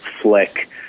Flick